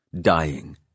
dying